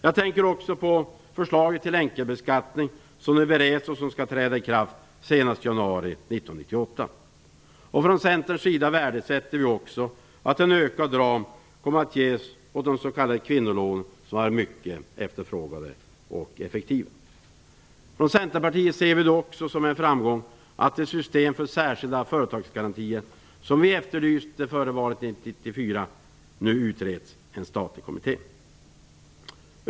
Jag tänker också på förslaget till enkelbeskattning som nu bereds och som skall träda i kraft senast den 1 januari 1988. Från Centerns sida värdesätter vi också att en ökad ram kommer att ges åt de s.k. kvinnolånen som visat sig mycket efterfrågade och effektiva. Från Centerpartiet ser vi det också som en framgång att det system för särskilda företagsgarantier som vi efterlyste före valet 1994 nu utreds i en statlig kommitté.